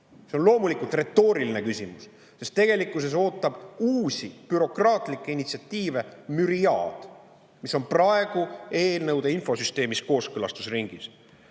See on loomulikult retooriline küsimus, sest tegelikkuses ootab meid müriaad uusi bürokraatlikke initsiatiive, mis on praegu eelnõude infosüsteemis kooskõlastusringil.